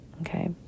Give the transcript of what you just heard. Okay